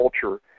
culture